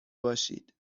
باشید